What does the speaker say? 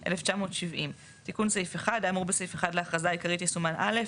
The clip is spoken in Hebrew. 1970". תיקון סעיף 1 האמור בסעיף 1 לאכרזה העיקרית יסומן (א),